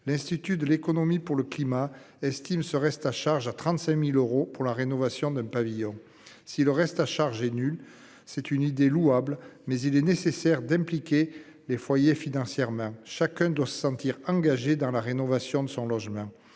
L'institut de l'économie pour le climat estime ce reste à charge à 35.000 euros pour la rénovation d'un pavillon. Si le reste à charge est nul. C'est une idée louable mais il est nécessaire d'impliquer les foyers financièrement, chacun doit se sentir engagés dans la rénovation de son logement